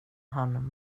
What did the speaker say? han